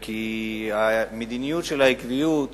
כי המדיניות של העקביות,